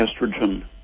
estrogen